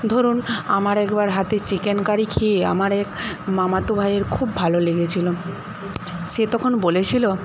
ধরুন আমার একবার হাতে চিকেন কারি খেয়ে আমারই এক মামাতো ভাইয়ের খুব ভালো লেগেছিল সে তখন বলেছিল